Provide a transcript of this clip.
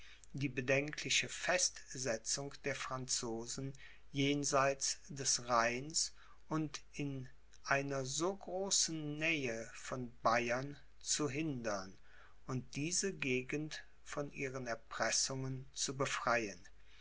die bedenkliche festsetzung der franzosen jenseits des rheins und in einer so großen nähe von bayern zu hindern und diese gegend von ihren erpressungen zu befreien